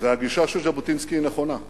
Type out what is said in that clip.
והגישה של ז'בוטינסקי היא נכונה.